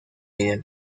miden